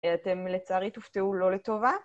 אתם לצערי תופתעו לא לטובה.